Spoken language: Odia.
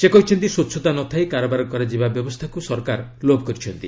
ସେ କହିଛନ୍ତି ସ୍ୱଚ୍ଚତା ନ ଥାଇ କାରବାର କରାଯିବା ବ୍ୟବସ୍ଥାକୁ ସରକାର ଲୋପ୍ କରିଛନ୍ତି